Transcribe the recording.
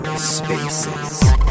Spaces